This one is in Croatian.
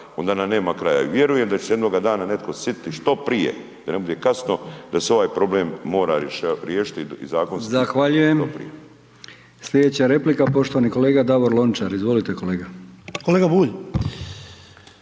onda nam nema kraja i vjerujem da će se jednoga dana netko sjetiti što prije da ne bude kasno, da se ovaj problem mora riješiti i zakonski što prije. **Brkić, Milijan (HDZ)** Zahvaljujem. Slijedeća replika, poštovani kolega Davor Lončar, izvolite kolega. **Lončar,